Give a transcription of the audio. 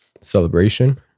celebration